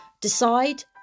Decide